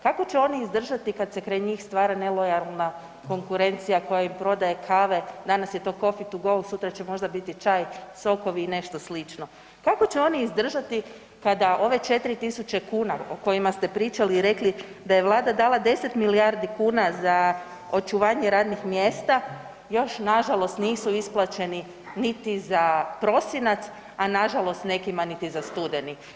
Kako će oni izdržati kad se kraj njih stvara nelojalna konkurencija koja im prodaje kave, danas je to coffee to go, sutra će možda biti čaj, sokovi i nešto sl.? kako će oni izdržati kada ove 4.000 kuna o kojima ste pričali i rekli da je Vlada dala 10 milijardi kuna za očuvanje radnih mjesta, još nažalost nisu isplaćeni niti prosinac, a nažalost nekima niti za studeni.